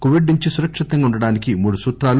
Covid నుంచి సురక్షితంగా ఉండటానికి మూడు సూత్రాలు